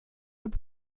aber